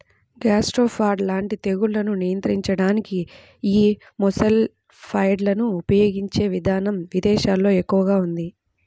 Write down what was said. gastropod లాంటి తెగుళ్లను నియంత్రించడానికి యీ మొలస్సైడ్లను ఉపయిగించే ఇదానం ఇదేశాల్లో ఎక్కువగా ఉంది